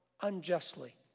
unjustly